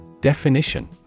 Definition